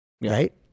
Right